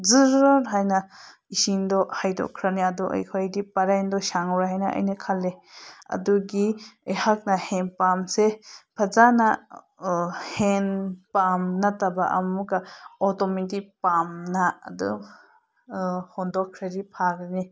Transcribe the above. ꯖꯔ ꯍꯥꯏꯅ ꯏꯁꯤꯡꯗꯣ ꯍꯩꯗꯣꯛꯈ꯭ꯔꯅꯤ ꯑꯗꯣ ꯑꯩꯈꯣꯏꯗꯤ ꯄꯔꯦꯡꯗꯣ ꯁꯥꯡꯂꯔꯣꯏ ꯍꯥꯏꯅ ꯑꯩꯅ ꯈꯜꯂꯤ ꯑꯗꯨꯒꯤ ꯑꯩꯍꯥꯛꯅ ꯍꯦꯟꯄꯝꯁꯦ ꯐꯖꯅ ꯍꯦꯟꯄꯝ ꯅꯠꯇꯕ ꯑꯃꯨꯛꯀ ꯑꯣꯇꯣꯃꯦꯇꯤꯛ ꯄꯝꯅ ꯑꯗꯨꯝ ꯍꯣꯡꯗꯣꯛꯈ꯭ꯔꯗꯤ ꯐꯔꯅꯤ